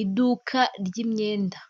Iduka ry'imyenda,